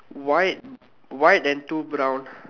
white white and two brown